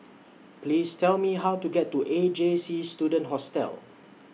Please Tell Me How to get to A J C Student Hostel